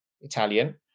Italian